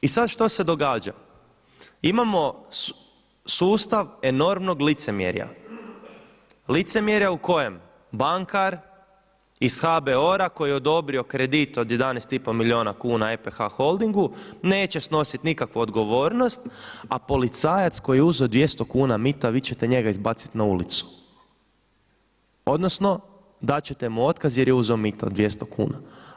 I sad što se događa, imamo sustav enormnog licemjerja, licemjerja u kojem bankar iz HBOR-a koji je odobrio kredit od 11,5 milijuna kuna EPH holdingu neće snositi nikakvu odgovornost, a policajac koji je uzeo 200 kuna mita vi ćete njega izbaciti na ulicu, odnosno dat ćete mu otkaz jer je uzeo mito od 200 kuna.